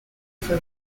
for